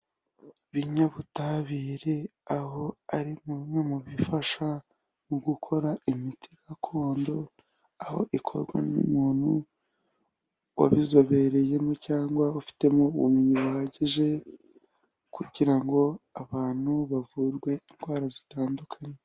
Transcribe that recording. Ibinyabutabire aho ari bimwe mu bifasha mu gukora imiti gakondo, aho ikorwa n'umuntu wabizobereyemo cyangwa ufitemo ubumenyi buhagije kugira ngo abantu bavurwe indwara zitandukanye.